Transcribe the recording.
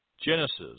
Genesis